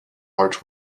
large